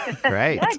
Great